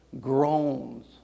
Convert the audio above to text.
groans